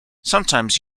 sometimes